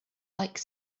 like